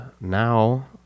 now